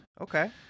okay